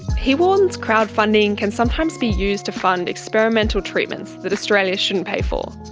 he warns crowdfunding can sometimes be used to fund experimental treatments that australia shouldn't pay for,